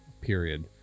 period